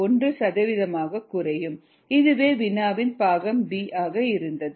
1 சதவிகிதமாகக் குறையும் இதுவே வினாவின் பாகம் b ஆக இருந்தது